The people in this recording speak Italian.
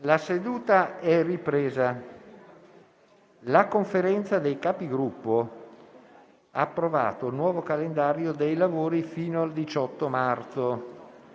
una nuova finestra"). La Conferenza dei Capigruppo ha approvato il nuovo calendario dei lavori fino al 18 marzo.